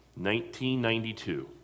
1992